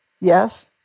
Yes